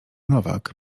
nowak